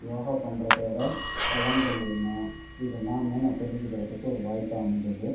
யோகா பண்ணுறதோட பலன்கள் என்ன இதெல்லாமே நான் தெரிஞ்சுக்கிறதுக்கு ஒரு வாய்ப்பாக அமைஞ்சுது